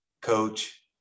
coach